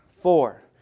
Four